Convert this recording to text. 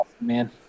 man